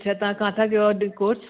अछा तव्हां किथां कयो आहे कोर्स